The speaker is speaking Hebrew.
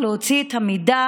יותר נכון להגיד,